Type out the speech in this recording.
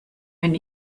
wenn